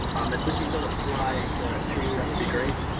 um if we could go to slide two, that would be great.